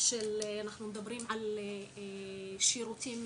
שאנחנו מדברים על שירותים